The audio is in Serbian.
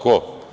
Ko?